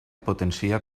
potencia